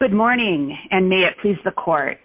good morning and please the court